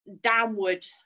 downward